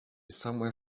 somewhere